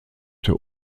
der